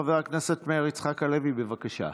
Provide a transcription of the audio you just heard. חבר הכנסת מאיר יצחק הלוי, בבקשה.